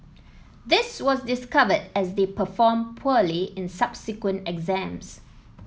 this was discovered as they performed poorly in subsequent exams